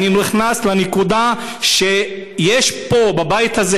אני נכנס לנקודה שיש פה בבית הזה